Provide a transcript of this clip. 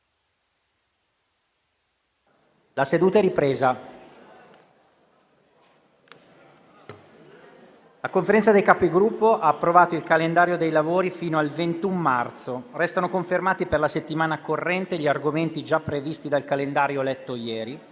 una nuova finestra"). La Conferenza dei Capigruppo ha approvato il calendario dei lavori fino al 21 marzo. Restano confermati per la settimana corrente gli argomenti già previsti dal calendario letto ieri.